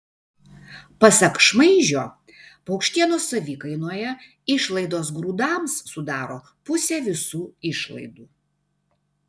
pasak šmaižio paukštienos savikainoje išlaidos grūdams sudaro pusę visų išlaidų